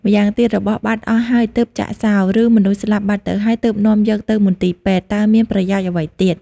ម្យ៉ាងទៀត របស់បាត់អស់ហើយ ទើបចាក់សោរ ឬមនុស្សស្លាប់បាត់ទៅហើយ ទើបនាំយកទៅមន្ទីរពេទ្យ តើមានប្រយោជន៍អ្វីទៀត ។